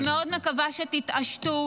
אני מאוד מקווה שתתעשתו,